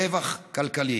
רווח כלכלי.